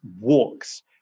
walks